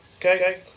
Okay